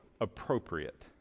appropriate